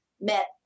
met